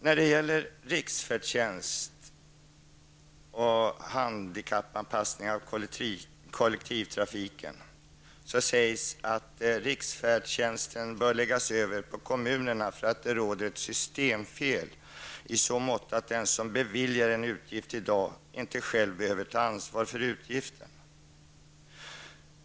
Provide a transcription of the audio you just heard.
När det gäller riksfärdtjänst och handikappanpassning av kollektivtrafiken sägs det i trafikutskottets betänkande att riksfärdtjänsten bör läggas över på kommunerna därför att det råder ett systemfel i så måtto att den som beviljar en utgift i dag inte själv behöver ta ansvar för utgiften.